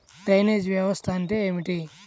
Drainage వ్యవస్థ అంటే ఏమిటి?